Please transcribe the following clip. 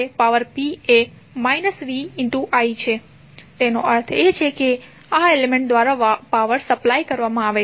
i છે તેનો અર્થ એ છે કે આ એલિમેન્ટ દ્વારા પાવર સપ્લાય કરવામાં આવે છે